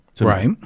Right